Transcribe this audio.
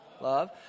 Love